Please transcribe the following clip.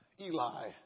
Eli